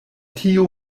tiu